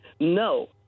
no